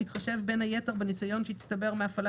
בהתחשב בין היתר בניסיון שיצטבר מההפעלה